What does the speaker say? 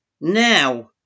now